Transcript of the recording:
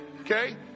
Okay